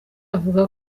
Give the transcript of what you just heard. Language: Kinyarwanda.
avuga